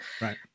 Right